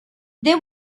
they